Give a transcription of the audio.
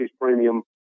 premium